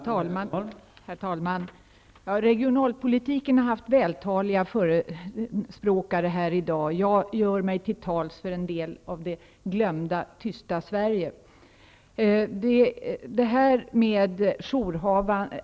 Herr talman! Regionalpolitiken har haft vältaliga förespråkare här i dag. Jag gör mig till tolk för en del av det glömda, tysta Sverige.